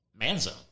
Manzo